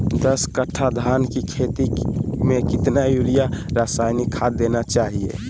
दस कट्टा धान की खेती में कितना यूरिया रासायनिक खाद देना चाहिए?